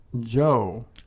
Joe